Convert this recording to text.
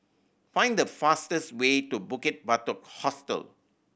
find the fastest way to Bukit Batok Hostel